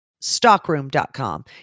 stockroom.com